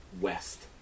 west